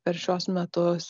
per šiuos metus